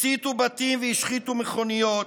הציתו בתים והשחיתו מכוניות.